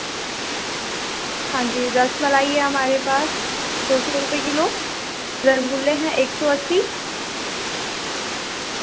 ہاں جی رس ملائی ہے ہمارے پاس دو سو روپے کلو رس گلے ہیں ایک سو اسی